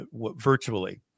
virtually